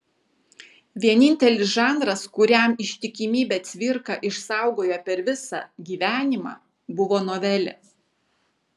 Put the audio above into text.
vienintelis žanras kuriam ištikimybę cvirka išsaugojo per visą gyvenimą buvo novelė